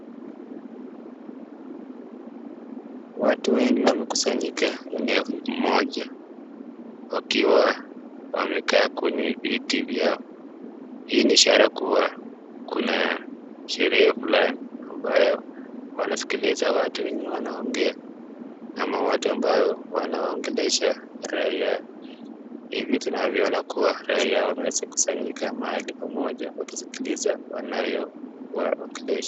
Watu wengi wamekusanyika eneo moja wakiwa wamekaa kwenye viti vyao. Hii ni ishara kua kuna sherehe fulani ambayo wanasikiliza watu wenye wanaongea ama watu ambao wanawaongelesha raia. Hivi tunavyo ona kua raia wameweza kusanyika mahali pamoja wakisikiliza wanayo waongelesha.